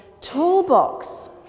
toolbox